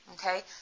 Okay